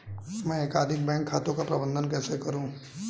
मैं एकाधिक बैंक खातों का प्रबंधन कैसे करूँ?